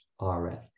RF